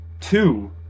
two